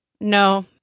No